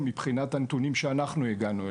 מבחינת הנתונים שאנחנו הגענו אליהם.